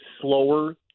slower